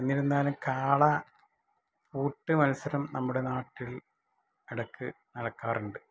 എന്നിരുന്നാലും കാള പൂട്ട് മത്സരം നമ്മുടെ നാട്ടില് ഇടയ്ക്ക് നടക്കാറുണ്ട്